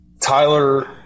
Tyler